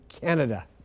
Canada